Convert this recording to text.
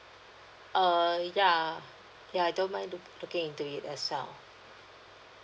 err yeah yeah I don't mind look~ looking into it as well